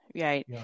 right